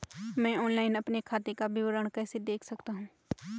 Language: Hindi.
मैं ऑनलाइन अपने खाते का विवरण कैसे देख सकता हूँ?